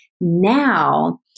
now